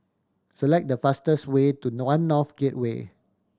select the fastest way to One North Gateway